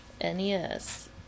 nes